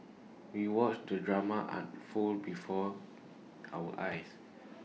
we watched the drama unfold before our eyes